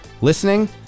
listening